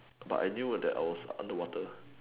but I knew that I was underwater